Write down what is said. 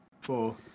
four